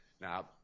Now